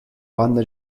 banda